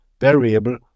variable